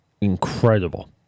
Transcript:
incredible